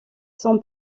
son